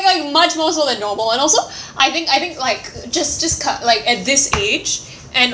like much more so than normal and also I think I think like just just c~ like at this age and